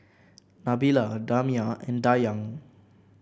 Nabila Damia and Dayang